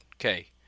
Okay